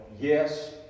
yes